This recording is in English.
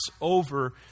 over